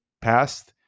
past